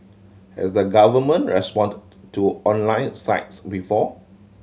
has the government responded to online sites before